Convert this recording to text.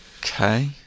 Okay